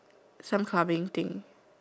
some clubbing thing